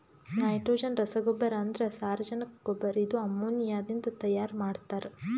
nitrogen ರಸಗೊಬ್ಬರ ಅಂದ್ರ ಸಾರಜನಕ ಗೊಬ್ಬರ ಇದು ಅಮೋನಿಯಾದಿಂದ ತೈಯಾರ ಮಾಡ್ತಾರ್